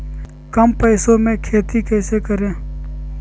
कम पैसों में खेती कैसे करें?